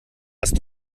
hast